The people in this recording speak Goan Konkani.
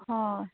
हय